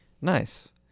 nice